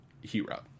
hero